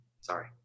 Sorry